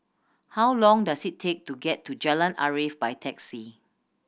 how long does it take to get to Jalan Arif by taxi